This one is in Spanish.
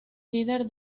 líder